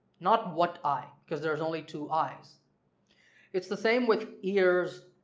not what eye because there are only two eyes it's the same with ears,